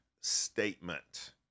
statement